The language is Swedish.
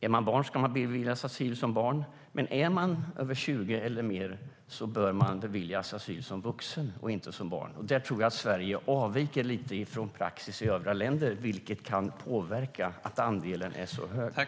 Om man är barn ska man beviljas asyl som barn, men om man är 20 eller mer bör man beviljas asyl som vuxen och inte som barn. Där tror jag att Sverige avviker lite från praxis i övriga länder, vilket kan påverka att andelen är så stor.